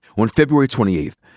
on february twenty eighth,